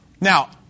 Now